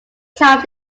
times